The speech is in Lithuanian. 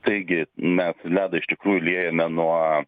taigi mes ledą iš tikrųjų liejame nuo